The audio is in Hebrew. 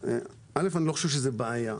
אני לא חושב שזה בעיה.